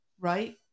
Right